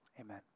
Amen